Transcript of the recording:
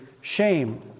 shame